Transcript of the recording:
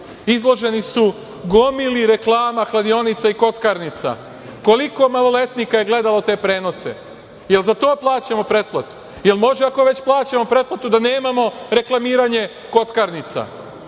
izloženi su gomili reklama kladionica i kockarnica. Koliko maloletnika je gledalo te prenose? Jel za to plaćamo pretplatu? Jel može, ako već plaćamo pretplatu, da nemamo reklamiranje kockarnica? Zato